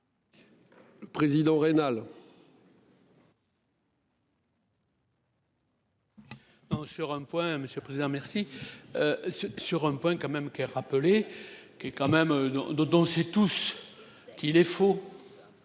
Le président rénale.